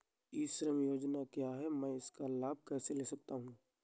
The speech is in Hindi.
ई श्रम योजना क्या है मैं इसका लाभ कैसे ले सकता हूँ?